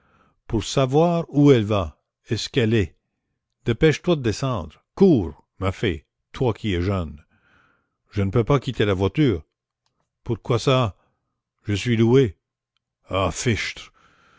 pour savoir où elle va et ce qu'elle est dépêche-toi de descendre cours ma fée toi qui es jeune je ne peux pas quitter la voiture pourquoi ça je suis louée ah fichtre